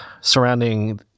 surrounding